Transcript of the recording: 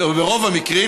ברוב המקרים,